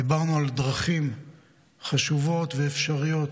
דיברנו על דרכים חשובות ואפשריות